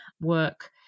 work